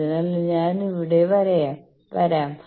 അതിനാൽ ഞാൻ അവിടെ വരാം